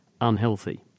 unhealthy